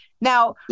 Now